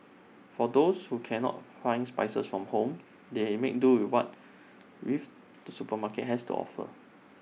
for those who cannot find spices from home they make do with what with the supermarket has to offer